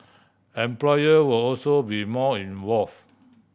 employer will also be more involve